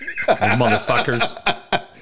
Motherfuckers